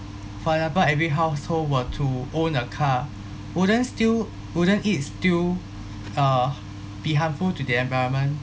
for example every household were to own a car wouldn't still wouldn't it still uh be harmful to the environment